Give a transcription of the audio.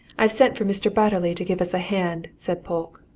i've sent for mr. batterley to give us a hand, said polke.